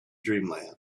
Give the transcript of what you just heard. dreamland